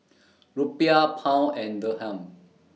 Rupiah Pound and Dirham